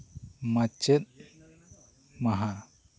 ᱢᱟᱪᱮᱫ ᱢᱟᱦᱟ